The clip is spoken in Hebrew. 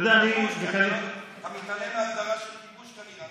אתה מתעלם מהגדרה של כיבוש, כנראה.